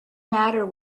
matter